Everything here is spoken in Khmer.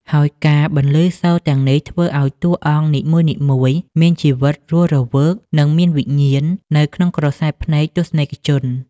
ហើយការបន្លឺសូរទាំងនេះ ធ្វើឱ្យតួអង្គនីមួយៗមានជីវិតរស់រវើក និងមានវិញ្ញាណនៅក្នុងក្រសែភ្នែកទស្សនិកជន។